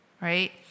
right